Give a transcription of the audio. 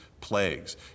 plagues